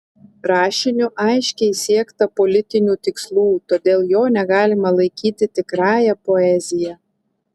rašiniu aiškiai siekta politinių tikslų todėl jo negalima laikyti tikrąja poezija